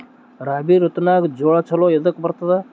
ರಾಬಿ ಋತುನಾಗ್ ಜೋಳ ಚಲೋ ಎದಕ ಬರತದ?